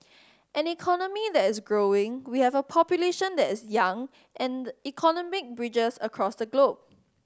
an economy that is growing we have a population that is young and economic bridges across the globe